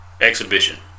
exhibition